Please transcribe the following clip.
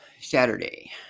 Saturday